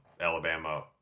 Alabama